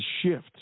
shift